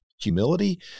humility